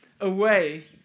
away